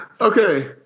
Okay